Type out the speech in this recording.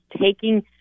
taking